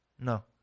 No